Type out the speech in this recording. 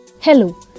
Hello